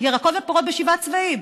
ירקות ופירות בשבעה צבעים.